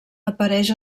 apareix